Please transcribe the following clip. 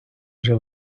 вже